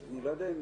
זו הוועדה.